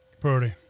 Purdy